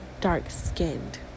dark-skinned